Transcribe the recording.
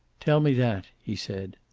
tell me that, he said.